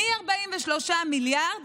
מ-43 מיליארד